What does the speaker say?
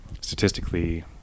statistically